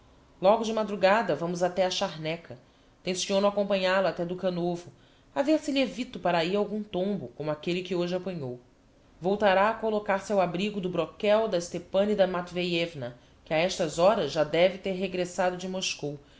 logo de madrugada vamos até á charneca tenciono acompanhál o até dukhanovo a vêr se lhe evito para ahi algum tombo como aquelle que hoje apanhou voltará a collocar-se ao abrigo do broquel da stepanida matveiévna que a estas horas já deve ter regressado de moscou